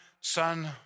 son